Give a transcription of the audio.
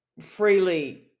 freely